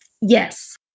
Yes